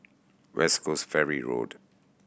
West Coast Ferry Road